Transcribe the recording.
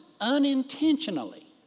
unintentionally